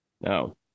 no